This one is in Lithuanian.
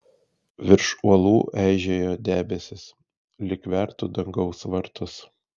virš uolų eižėjo debesys lyg vertų dangaus vartus